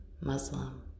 Muslim